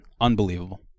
Unbelievable